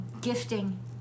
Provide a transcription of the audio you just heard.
gifting